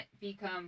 become